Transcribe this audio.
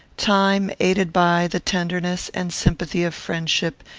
time, aided by the tenderness and sympathy of friendship,